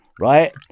right